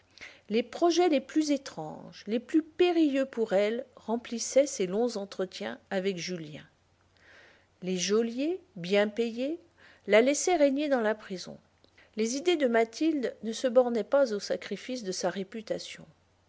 les projets les plus étranges les plus périlleux pour elle remplissaient ses longs entretiens avec julien les geôliers bien payés la laissaient régner dans la prison les idées de mathilde ne se bornaient pas au sacrifice de sa réputation